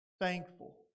thankful